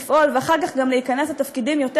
לפעול ואחר כך גם להיכנס לתפקידים יותר